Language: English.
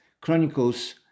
chronicles